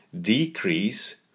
decrease